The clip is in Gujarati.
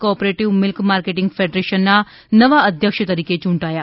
કોઓપરેટીવ મિલ્ક માર્કેટિંગ ફેડરેશનના નવા અધ્યક્ષ તરીકે ચૂંટાયા